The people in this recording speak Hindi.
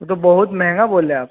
वो तो बहुत महंगा बोल रहे हैं आप